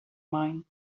mind